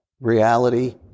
reality